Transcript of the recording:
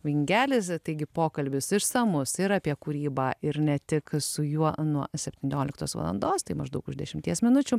vingelis taigi pokalbis išsamus ir apie kūrybą ir ne tik su juo nuo septynioliktos valandos tai maždaug už dešimties minučių